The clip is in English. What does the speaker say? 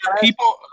people